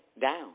down